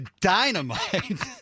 dynamite